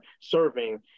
serving